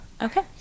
Okay